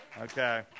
Okay